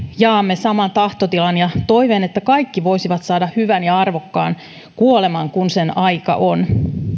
jaamme saman tahtotilan ja toiveen että kaikki voisivat saada hyvän ja arvokkaan kuoleman kun sen aika on